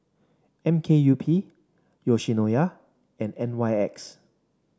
M K U P Yoshinoya and N Y X